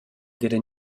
d’eira